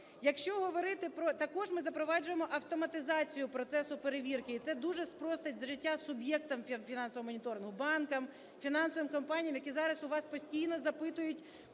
Також ми запроваджуємо автоматизацію процесу перевірки, і це дуже спростить життя суб'єктам фінансового моніторингу: банкам, фінансовим компаніям, які зараз у вас постійно запитують